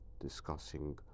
discussing